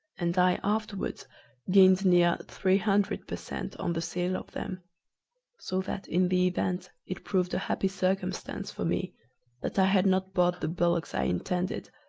and i afterwards gained near three hundred per cent, on the sale of them so that in the event it proved a happy circumstance for me that i had not bought the bullocks i intended,